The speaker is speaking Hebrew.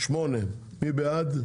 סעיף 8. מי בעד?